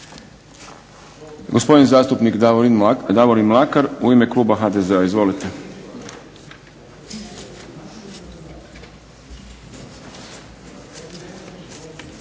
Gospodin zastupnik Davorin Mlakar u ime kluba HDZ-a. Izvolite.